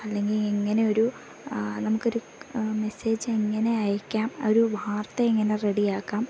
അല്ലെങ്കിൽ എങ്ങനെ ഒരു നമുക്ക് ഒരു മെസ്സേജ് എങ്ങനെ അയക്കാം ഒരു വാർത്ത എങ്ങനെ റെഡി ആക്കാം